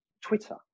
twitter